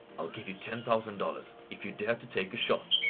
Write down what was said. i'll give you ten thousand dollars if you dare to take a shot,